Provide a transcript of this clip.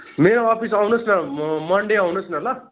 मेरो अफिस आउनुहोस् न म मन्डे आउनुहोस् न ल